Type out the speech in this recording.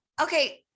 okay